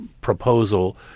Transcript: proposal